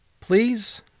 Please